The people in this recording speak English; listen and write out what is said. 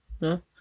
No